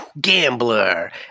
gambler